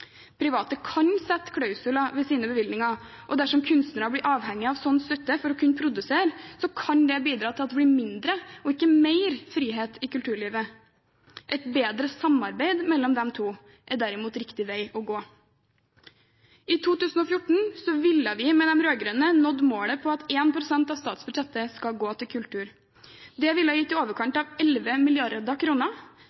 Private kan sette klausuler ved sine bevilgninger. Dersom kunstnere blir avhengig av slik støtte for å kunne produsere, kan det bidra til at det blir mindre og ikke mer frihet i kulturlivet. Et bedre samarbeid mellom de to er derimot riktig vei å gå. I 2014 ville vi med de rød-grønne nådd målet om at 1 pst. av statsbudsjettet skulle gå til kultur. Det ville gitt i overkant